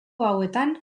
hauetan